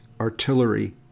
artillery